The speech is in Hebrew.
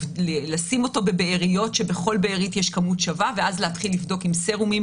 לשים אותו בבאריות שבכל בארית יש כמות שווה ואז להתחיל לבדוק עם סרומים